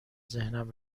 ذهنم